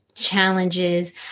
Challenges